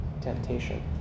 temptation